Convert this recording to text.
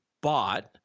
bought